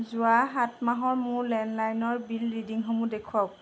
যোৱা সাত মাহৰ মোৰ লেণ্ডলাইনৰ বিল ৰিডিংসমূহ দেখুৱাওক